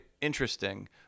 interesting